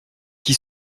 qui